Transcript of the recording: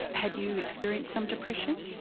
had you experienced some depression?